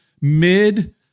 mid